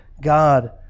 God